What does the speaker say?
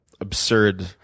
absurd